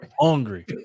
Hungry